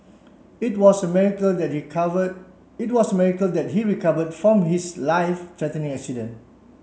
it was a miracle that he cover it was a miracle that he recovered from his life threatening accident